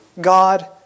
God